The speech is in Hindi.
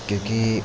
क्योंकि